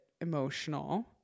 emotional